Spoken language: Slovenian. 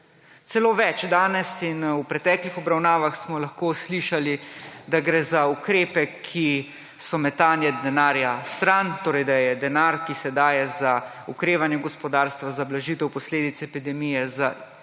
Celo več, danes in v preteklih obravnavah smo lahko slišali, da gre za ukrepe, ki so metanje denarja stran, torej da je denar, ki se daje za okrevanje gospodarstva, za blažitev posledic epidemije za